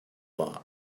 that